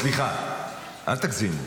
סליחה, אל תגזימו.